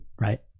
Right